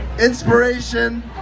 inspiration